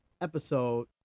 episode